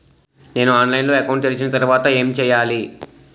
నేను ఆన్లైన్ లో అకౌంట్ తెరిచిన తర్వాత ఏం చేయాలి?